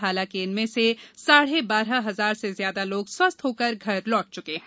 हालांकि इनमें से साढ़े बारह हजार से ज्यादा लोग स्वस्थ होकर घर लौट चूके हैं